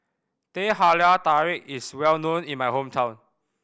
Teh Halia Tarik is well known in my hometown